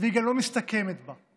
והיא גם לא מסתכמת בה.